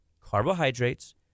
carbohydrates